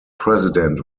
president